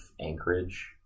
Anchorage